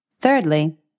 Thirdly